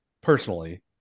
personally